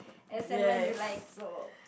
as and when you like so